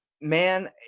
man